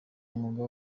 umwuga